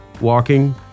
walking